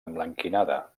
emblanquinada